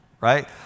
right